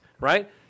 right